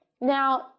Now